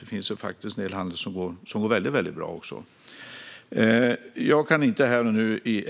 Det finns faktiskt även en del handel som går väldigt bra. Inte heller i